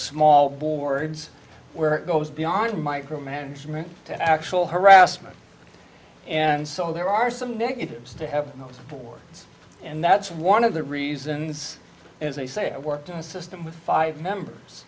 small boards where it goes beyond micromanagement to actual harassment and so there are some negatives to have notes for and that's one of the reasons as i say i worked on a system with five members